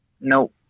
No